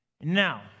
Now